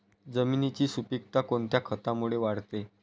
जमिनीची सुपिकता कोणत्या खतामुळे वाढते?